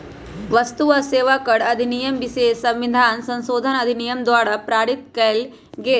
वस्तु आ सेवा कर अधिनियम विशेष संविधान संशोधन अधिनियम द्वारा पारित कएल गेल